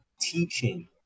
teaching